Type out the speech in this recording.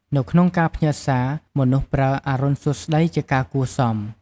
នៅក្នុងការផ្ញើសារ មនុស្សប្រើ "អរុណសួស្តី" ជាការគួរសម។